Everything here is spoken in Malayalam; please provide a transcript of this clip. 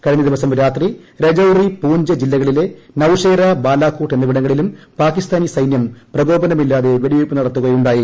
കഴിഞ്ഞ ദിവസം രാത്രി രജൌരി പൂഞ്ച് ജില്ലകളിലെ നൌഷേര ബാലാക്കോട്ട് എന്നിവിടങ്ങളിലും പാകിസ്ഥാനി സൈന്യം പ്രകോപനം ഇല്ലാതെ വെടിവയ്പ്പ് നടത്തുകയുണ്ടായി